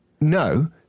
No